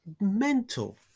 mental